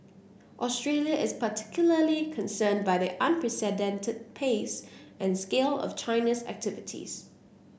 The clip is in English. Australia is particularly concerned by the unprecedented pace and scale of China's activities